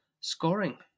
scoring